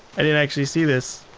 i didn't actually see this.